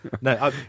No